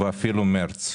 אפילו מרץ,